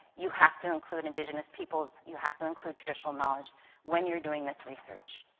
you have to include indigenous peoples, you have to include traditional knowledge when you are doing this research.